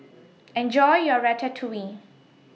Enjoy your Ratatouille